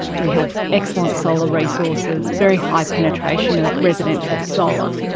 we have excellent solar resources, very high penetration of residential solar,